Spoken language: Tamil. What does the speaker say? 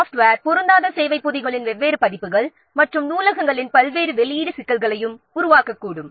சாஃப்ட்வேரின் வெவ்வேறு பதிப்புகள் பொருந்தாத சேவை பொதிகள் நூலகங்களின் வெவ்வேறு வெளியீடு இவையும் கூட சிக்கல்களை உருவாக்கக்கூடும்